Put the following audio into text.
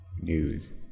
news